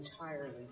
entirely